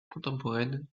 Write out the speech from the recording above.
contemporaine